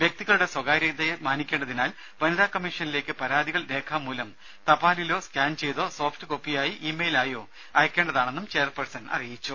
വ്യക്തികളുടെ സ്വകാര്യതയെ മാനിക്കേണ്ടതിനാൽ വനിതാ കമ്മിഷനിലേക്ക് പരാതികൾ രേഖാമൂലം തപാലിലോ സ്കാൻ ചെയ്തോ സോഫ്റ്റ്കോപ്പിയായി ഇ മെയിൽ ആയോ അയയ്ക്കേണ്ടതാണെന്നും ചെയർപേഴ്സൺ അറിയിച്ചു